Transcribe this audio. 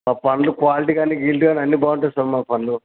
sir పండ్లు quality కానీ గిలిటీ కానీ అన్ని బాగుంటాయి సార్ మా పండ్లు